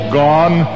gone